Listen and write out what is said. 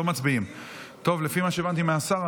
לפי מה שהבנתי מהשר,